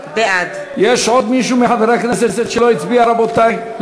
בעד יש עוד מישהו מחברי הכנסת שלא הצביע, רבותי?